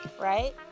right